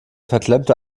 verklemmte